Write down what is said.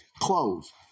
Clothes